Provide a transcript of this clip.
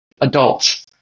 adults